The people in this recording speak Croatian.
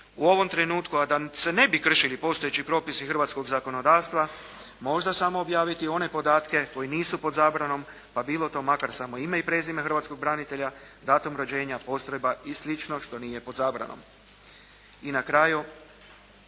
U ovom trenutku a da se ne bi kršili postojeći propisi hrvatskog zakonodavstva, možda samo objaviti one podatke koji nisu pod zabranom pa bilo to makar samo ime i prezime hrvatskog branitelja, datum rođenja, postrojba i sl. što nije pod zabranom. I na kraju